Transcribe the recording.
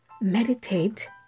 meditate